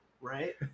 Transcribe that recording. right